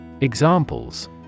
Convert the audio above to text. Examples